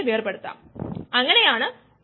മറ്റ് തരത്തിലുള്ള പ്ലോട്ടുകളും ഉപയോഗിക്കാം